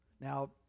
Now